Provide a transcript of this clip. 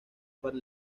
para